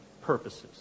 purposes